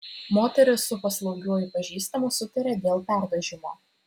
moteris su paslaugiuoju pažįstamu sutarė dėl perdažymo